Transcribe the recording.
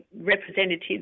representatives